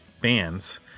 bands